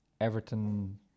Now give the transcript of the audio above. Everton